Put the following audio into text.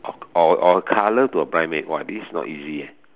or or colour to a blind man !wah! this is not easy eh